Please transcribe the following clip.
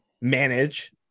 manage